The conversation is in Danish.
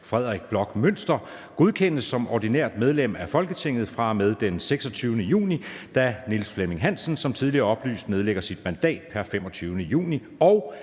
Frederik Bloch Münster, godkendes som ordinært medlem af Folketinget fra og med den 26. juni 2024, da Niels Flemming Hansen som tidligere oplyst nedlægger sit mandat pr. 25. juni